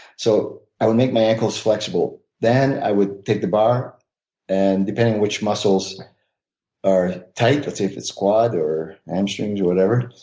so i would make my ankles flexible. then i would take the bar and depending on which muscles are tight, let's say if it's quad or hamstrings or whatever,